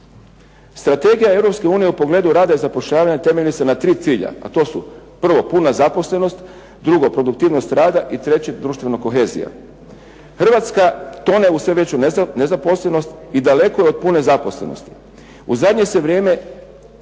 unije u pogledu rada i zapošljavanja temelji se na tri cilja, a to su, prvo puna zaposlenost, drugo produktivnost rada i treće društvena kohezija. Hrvatska tone u sve veću nezaposlenost i daleko je od pune zaposlenosti. U zadnje se vrijeme